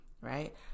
right